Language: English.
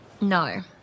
No